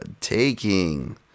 Taking